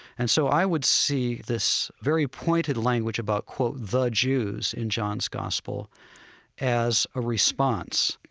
and so i would see this very pointed language about, quote, the jews in john's gospel as a response.